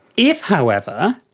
if, however,